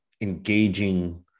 engaging